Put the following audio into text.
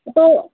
तो